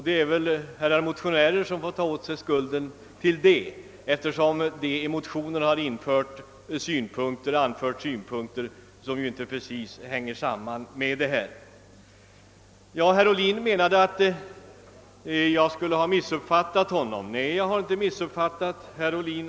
Det är herrar motionärer som får ta på sig skulden för detta, eftersom det i motionerna anförts synpunkter som inte hänger samman med denna sak. Herr Ohlin menade att jag skulle ha missuppfattat honom. Nej, jag har inte alls missuppfattat herr Ohlin.